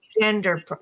gender